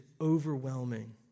overwhelming